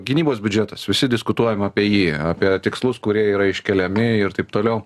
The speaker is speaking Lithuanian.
gynybos biudžetas visi diskutuojam apie jį apie tikslus kurie yra iškeliami ir taip toliau